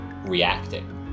reacting